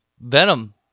Venom